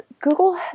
Google